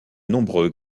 nombreux